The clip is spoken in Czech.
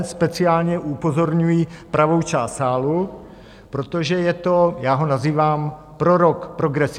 Speciálně upozorňuji pravou část sálu, protože je to, já ho nazývám prorok progresivismu.